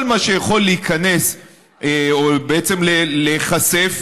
כל מה שיכול להיכנס או בעצם להיחשף,